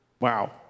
Wow